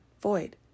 void